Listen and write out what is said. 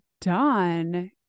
done